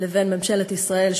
לבין ממשלת ישראל,